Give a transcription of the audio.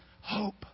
Hope